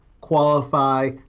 qualify